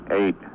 eight